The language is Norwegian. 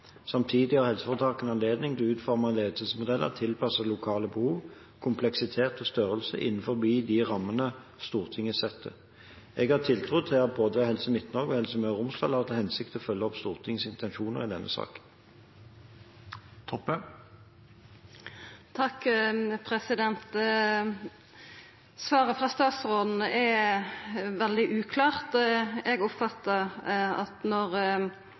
Samtidig har helseforetakene anledning til å utforme ledelsesmodeller tilpasset lokale behov, kompleksitet og størrelse innenfor de rammene Stortinget setter. Jeg har tiltro til at både Helse Midt-Norge og Helse Møre og Romsdal har til hensikt å følge opp Stortingets intensjoner i denne saken. Svaret frå statsråden er veldig uklart. Da Stortinget vedtok Nasjonal helse- og sjukehusplan like før påske, oppfatta eg at